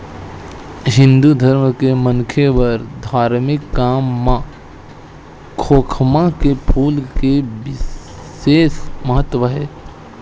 हिंदू धरम के मनखे बर धारमिक काम म खोखमा के फूल के बिसेस महत्ता हे